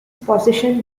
position